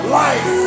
life